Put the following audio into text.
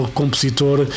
compositor